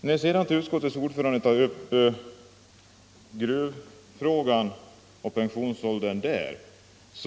den. Utskottets ordförande tog sedan upp frågan om pensionsåldern för gruvarbetarna.